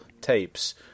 tapes